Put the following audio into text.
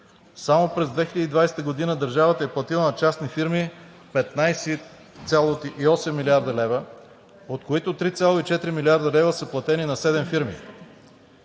Само през 2020 г. държавата е платила на частни фирми 15,8 млрд. лв., от които 3,4 млрд. лв. са платени на седем фирми.